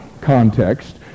context